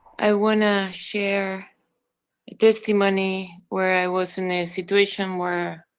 i wanna share a testimony where i was in a situation where,